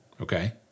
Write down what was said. okay